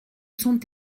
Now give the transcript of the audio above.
sont